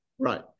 Right